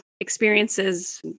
experiences